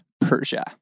Persia